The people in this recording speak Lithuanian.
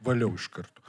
valiau iš karto